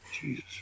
Jesus